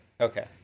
Okay